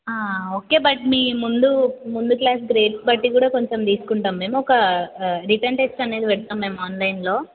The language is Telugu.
ఓకే బట్ మీ ముందు ముందు క్లాస్ గ్రేడ్స్ బట్టి కూడా కొంచెం తీసుకుంటాము మేము ఒక రిటన్ టెస్ట్ అనేది పెడతాం మేము ఆన్లైన్లో